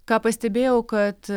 ką pastebėjau kad